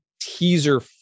teaser